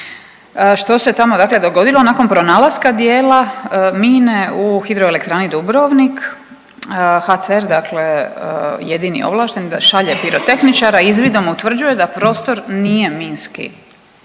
Što se tamo dakle dogodilo, nakon pronalaska dijela mine u hidroelektrani Dubrovnik, HCR dakle jedini ovlašteni da šalje pirotehničara, izvidom utvrđuje da prostor nije minski,